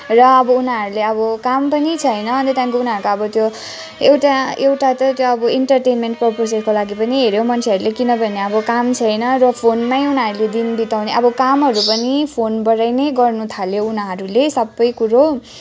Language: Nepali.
र अब उनीहरूले अब काम पनि छैन अन्त त्यहाँदेखिको उनीहरूको अब त्यो एउटा एउटा त्यो अब इन्टरटेन्टमेन्ट प्रपोजलको लागि पनि हेऱ्यो मन्छेहरूले किनभने अब काम छैन फोनमै उनीहरूले दिन बिताउने अब कामहरू पनि फोनबाटनै गर्नु थाल्यो उनीहरूले सबै कुरो